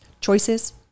choices